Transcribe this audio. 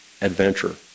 adventure